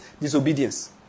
disobedience